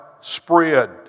spread